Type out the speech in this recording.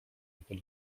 pod